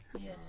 Yes